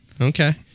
Okay